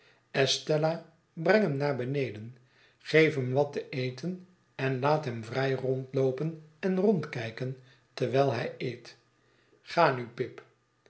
breng hem naar beneden geef hem wat te eten en laat hem vrij rondloopen en rondkijken terwijl hij eet ga nu pip